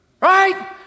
right